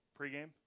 pregame